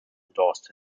endorsed